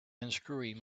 unscrewing